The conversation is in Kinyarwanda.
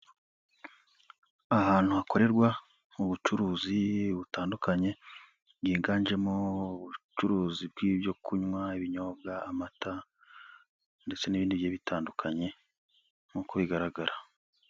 Ahantu hakorerwa mu bucuruzi butandukanye, bwiganjemo ubucuruzi bw'ibyo kunywa, ibinyobwa, amata ndetse n'ibindi bitandukanye nk'uko bigaragara.